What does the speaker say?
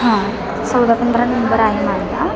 हां चौदा पंधरा नंबर आहे माझा